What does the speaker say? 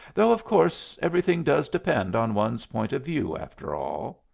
though of course everything does depend on one's point of view, after all.